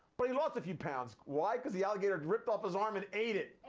but he lost a few pounds. why? because the alligator ripped off his arm and ate it.